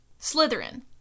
Slytherin